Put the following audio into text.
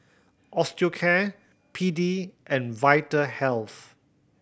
Osteocare P D and Vitahealth